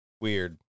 Weird